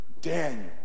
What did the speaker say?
Daniel